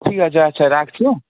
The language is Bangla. ঠিক আছে আচ্ছা রাখছি হ্যাঁ